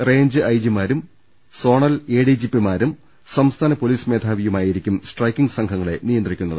range I G മാരും സോളൻ A D G പിമാരും സംസ്ഥാന പൊലീസ് മേധാ വിയുമായിരിക്കും സ്ട്രൈക്കിംഗ് സംഘങ്ങളെ നിയന്ത്രിക്കുന്നത്